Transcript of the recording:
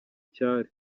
icyari